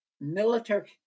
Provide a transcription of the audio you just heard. military